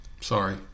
sorry